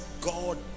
God